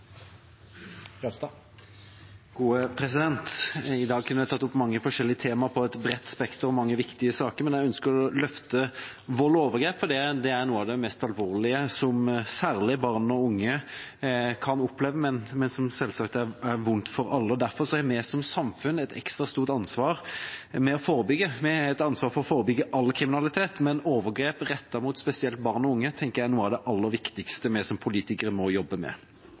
mange forskjellige temaer i et bredt spekter med mange viktige saker, men jeg ønsker å løfte vold og overgrep, for det er noe av det mest alvorlige som særlig barn og unge kan oppleve, men som selvsagt er vondt for alle. Derfor har vi som samfunn et ekstra stort ansvar for å forebygge. Vi har et ansvar for å forebygge all kriminalitet, men overgrep rettet mot spesielt barn og unge tenker jeg er noe av det aller viktigste vi som politikere må jobbe med.